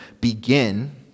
begin